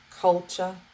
culture